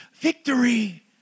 victory